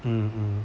hmm hmm